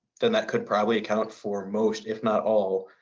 then that could probably account for most, if not all,